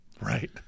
Right